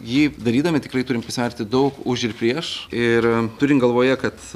jį darydami tikrai turim pasverti daug už ir prieš ir turint galvoje kad